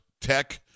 tech